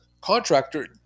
contractor